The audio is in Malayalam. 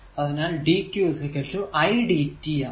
അതിനാൽ dqidt ആണ്